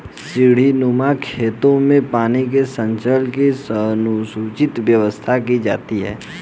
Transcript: सीढ़ीनुमा खेतों में पानी के संचय की समुचित व्यवस्था की जाती है